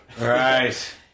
Right